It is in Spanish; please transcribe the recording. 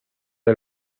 del